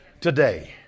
today